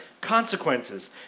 consequences